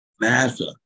Massa